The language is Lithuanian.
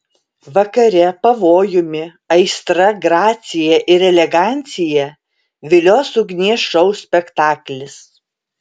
vakare pavojumi aistra gracija ir elegancija vilios ugnies šou spektaklis